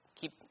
Keep